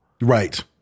right